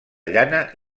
llana